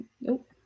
Nope